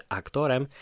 aktorem